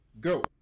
go